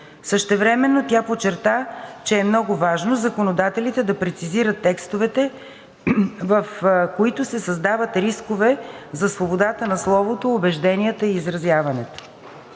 Същевременно тя подчерта, че е много важно законодателите да прецизират текстовете, в които се създават рискове за свободата на словото, убежденията и изразяването.